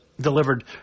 delivered